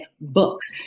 books